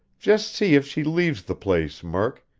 just see if she leaves the place, murk,